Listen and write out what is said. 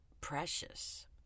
precious